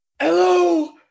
Hello